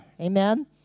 Amen